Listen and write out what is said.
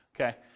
Okay